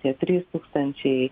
tie trys tūkstančiai